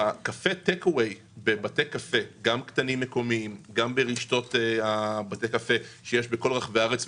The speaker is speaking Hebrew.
בקפה טייק-אווי של בתי קפה קטנים או רשתות בתי קפה בכל רחבי הארץ,